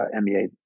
MEA